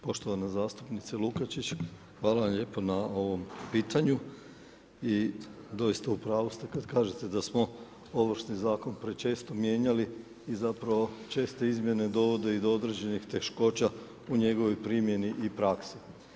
Poštovana zastupnice Lukačić, hvala vam lijepo na ovom pitanju i doista u pravu ste kad kažete da smo Ovršni zakon prečesto mijenjali i zapravo česte izmjene dovode i do određenih teškoća u njegovoj primjeni i praksi.